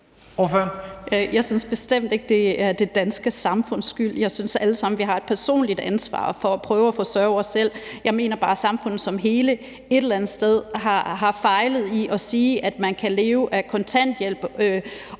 Jeg synes bestemt ikke, det er det danske samfunds skyld. Jeg synes, vi alle sammen har et personligt ansvar for at prøve at forsørge os selv. Jeg mener bare, at samfundet som helhed et eller andet sted har fejlet i at sige, at man kan leve af kontanthjælp,